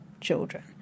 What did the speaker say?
children